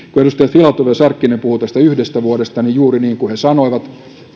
edustajat filatov ja sarkkinen puhuivat tästä yhdestä vuodesta ja juuri niin kuin he sanoivat